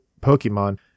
pokemon